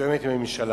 מתואמת עם הממשלה.